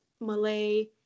Malay